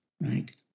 right